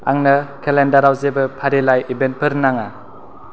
आंनो केलेन्डाराव जेबो फारिलाइ इभेन्टफोर नाङा